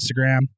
Instagram